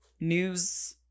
news